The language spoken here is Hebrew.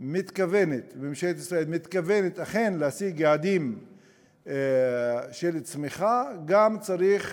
ישראל מתכוונת להשיג יעדים של צמיחה, גם צריך